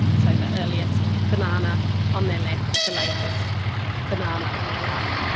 so the earliest banana on their left, the latest banana on their right.